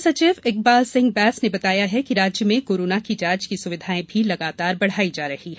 मुख्य सचिव इकबाल सिंह बैंस ने बताया कि राज्य में कोरोना की जांच की सुविधाएँ भी लगातार बढ़ाई जा रही है